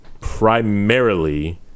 primarily